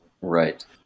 Right